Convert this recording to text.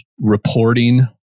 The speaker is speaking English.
reporting